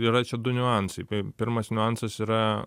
yra čia du niuansai pirmas niuansas yra